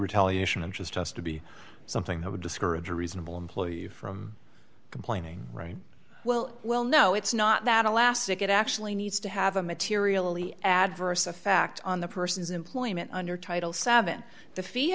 retaliation and just just to be something that would discourage a reasonable employee from complaining right well well no it's not that elastic it actually needs to have a materially adverse effect on the person's employment under title seven